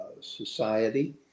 society